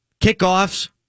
Kickoffs